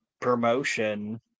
promotion